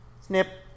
Snip